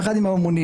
יחד עם ---,